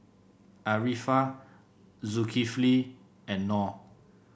Arifa Zulkifli and Nor